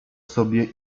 sobie